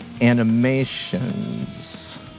animations